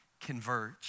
converge